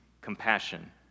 compassion